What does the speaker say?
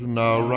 now